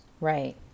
Right